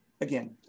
again